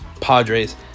padres